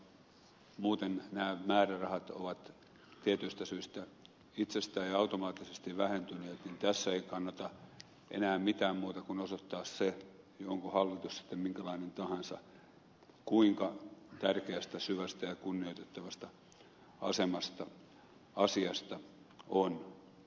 koska muuten nämä määrärahat ovat tietyistä syistä itsestään ja automaattisesti vähentyneet niin tässä ei kannata enää mitään muuta kuin osoittaa se onpa hallitus sitten minkälainen tahansa kuinka tärkeästä syvästä ja kunnioitettavasta asiasta on kyse ollut